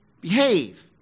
behave